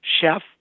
chef